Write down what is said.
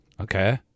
Okay